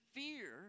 fear